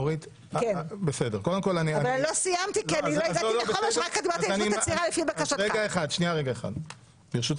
אורית, אשתדל לא להגביל בזמן, אבל מאחר